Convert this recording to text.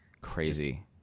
Crazy